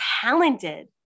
talented